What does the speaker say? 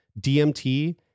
dmt